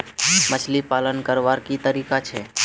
मछली पालन करवार की तरीका छे?